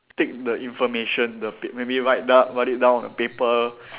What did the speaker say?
take the information the pa~ maybe write down write it down on the paper